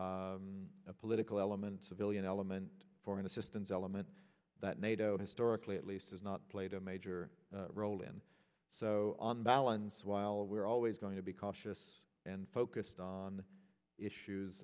along a political element civilian element foreign assistance element that nato historically at least has not played a major role in so on balance while we are always going to be cautious and focused on issues